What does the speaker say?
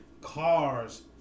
Cars